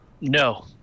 No